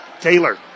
Taylor